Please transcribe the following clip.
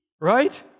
Right